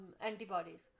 antibodies